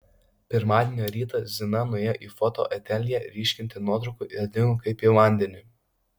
pirmadienio rytą zina nuėjo į foto ateljė ryškinti nuotraukų ir dingo kaip į vandenį